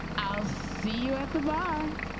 i'll see you at the bar.